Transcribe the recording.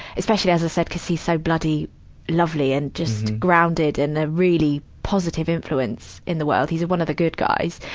especially, as i said cuz he's so bloody lovely and just grounded in a really positive influence in the world. he's one of the good guys.